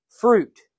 fruit